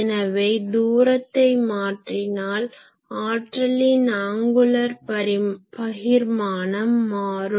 எனவே தூரத்தை மாற்றினால் ஆற்றலின் ஆங்குலர் பகிர்மானம் மாறும்